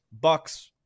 Bucks